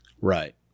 Right